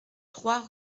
trois